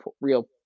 real